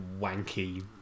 wanky